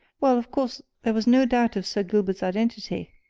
well, of course, there was no doubt of sir gilbert's identity,